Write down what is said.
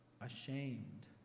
ashamed